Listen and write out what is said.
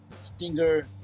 stinger